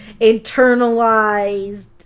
internalized